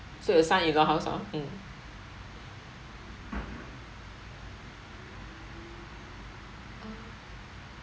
so your son in law house hor mm oh